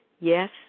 yes